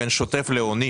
לא.